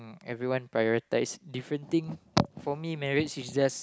everyone prioritise different thing for me marriage is just